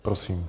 Prosím.